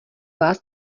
vás